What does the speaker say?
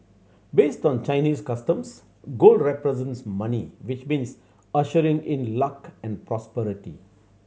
based on Chinese customs gold represents money which means ushering in luck and prosperity